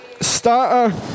Starter